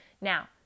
Now